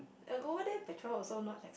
o~ over there petrol also not ex~